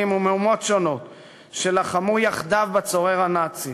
ומאומות שונות שלחמו יחדיו בצורר הנאצי,